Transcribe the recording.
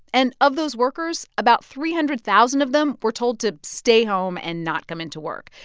and of those workers, about three hundred thousand of them were told to stay home and not come into work.